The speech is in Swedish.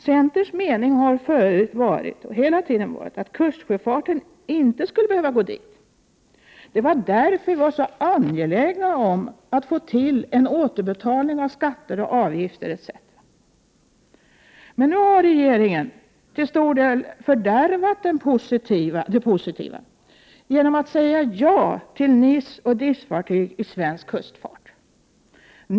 Centerns mening har hela tiden varit att kustsjöfarten inte skulle behöva tillhöra detta register. Det var därför vi var så angelägna om att få till stånd en återbetalning av skatter och avgifter etc. Nu har regeringen till stor del fördärvat det positiva genom att säga ja till NIS-fartyg och DIS-fartyg i svensk kustfart.